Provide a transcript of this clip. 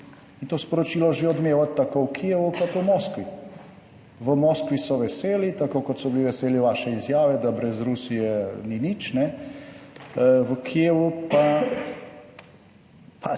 in to sporočilo že odmeva tako v Kijevu kot v Moskvi. V Moskvi so veseli, tako kot so bili veseli vaše izjave, da brez Rusije ni nič, v Kijevu pa